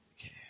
Okay